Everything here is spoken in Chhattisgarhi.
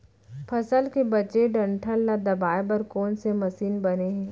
फसल के बचे डंठल ल दबाये बर कोन से मशीन बने हे?